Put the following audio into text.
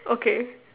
okay